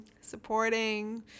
supporting